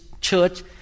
church